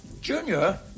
Junior